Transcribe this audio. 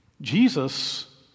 Jesus